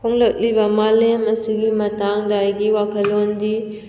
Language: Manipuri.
ꯍꯣꯡꯂꯛꯂꯤꯕ ꯃꯥꯂꯦꯝ ꯑꯁꯤꯒꯤ ꯃꯇꯥꯡꯗ ꯑꯩꯒꯤ ꯋꯥꯈꯜꯂꯣꯟꯗꯤ